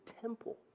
temple